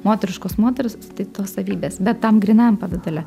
moteriškos moters tai tos savybės bet tam grynajam pavidale